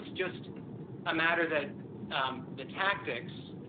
is just a matter, that the tactics